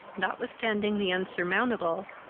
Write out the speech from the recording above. notwithstanding the insurmountable,